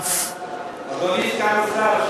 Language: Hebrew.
אדוני שר האוצר,